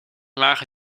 lage